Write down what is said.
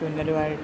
തുന്നലുമായി